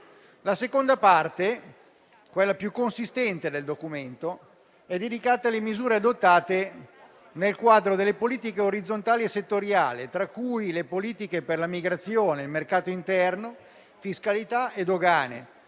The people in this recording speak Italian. La seconda parte, quella più consistente del documento, è dedicata alle misure adottate nel quadro delle politiche orizzontali e settoriali, tra cui le politiche per la migrazione, mercato interno, fiscalità e dogane,